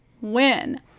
Win